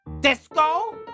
disco